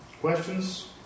Questions